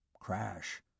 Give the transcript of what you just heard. crash